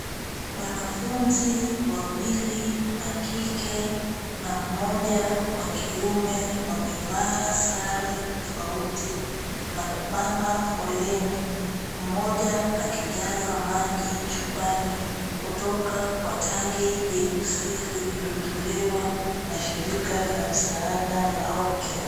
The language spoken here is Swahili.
Wanafunzi wawili wa kike na mmoja wa kiume wamevaa sare tofauti na kupanga foleni. Mmoja akijaza maji chupani kutoka kwa tanki jeusi lililotolewa na shirika la msaada la hope care.